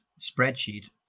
spreadsheet